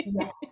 yes